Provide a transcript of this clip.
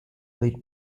late